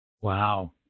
Wow